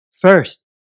first